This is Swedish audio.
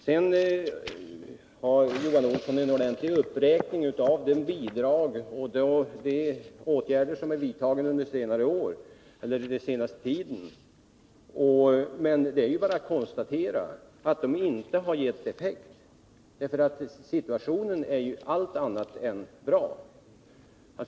Johan Olsson gjorde en uppräkning av de bidrag som utgått och de åtgärder som vidtagits den senaste tiden. Men det är ju bara att konstatera att de inte har givit önskad effekt. Situationen är allt annat än bra.